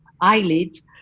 eyelids